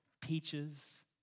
Peaches